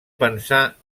pensar